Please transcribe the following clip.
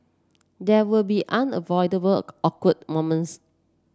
there will be unavoidable awkward moments